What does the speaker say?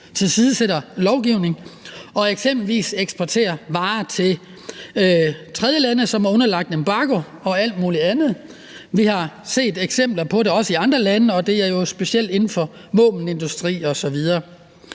tilsidesætter lovgivningen og eksempelvis eksporterer varer til tredjelande, som er underlagt embargo og alt muligt andet. Vi har også set eksempler på det i andre lande, og det er jo specielt inden for våbenindustri osv.